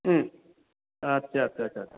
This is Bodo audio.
उम आथ्सा आथ्सा सा